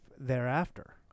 thereafter